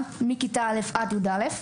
מכיתה א-י"א.